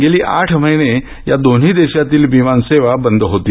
गेली आठ महिने दोन्ही देशातील ही विमान सेवा बंद होती